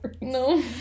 No